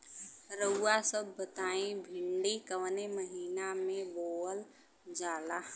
रउआ सभ बताई भिंडी कवने महीना में बोवल जाला?